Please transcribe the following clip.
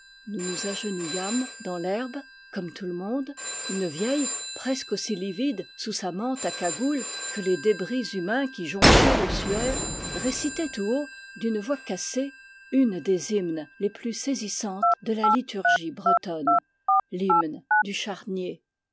nous nous agenouillâmes dans l herbe comme tout le monde une vieille presque aussi livide sous sa mante à cagoule que les débris humains qui jonchaient l'ossuaire récitait tout haut d'une voix cassée une des hymnes les plus saisissantes de la liturgie bretonne l'hymne du charnier